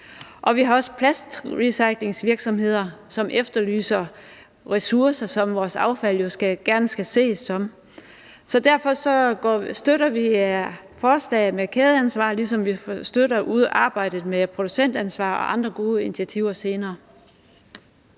vi har også plastrecyclingsvirksomheder, som efterlyser ressourcer, som vores affald jo gerne skulle ses som. Så derfor støtter vi forslaget om kædeansvar, ligesom vi støtter arbejdet med producentansvar og andre gode initiativer senere.